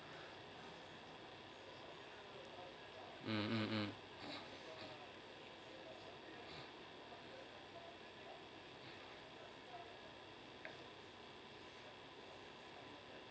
mm mm